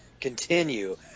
continue